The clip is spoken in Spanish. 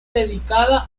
dedicada